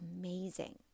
amazing